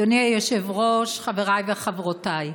אדוני היושב-ראש, חבריי וחברותיי,